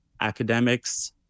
academics